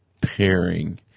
pairing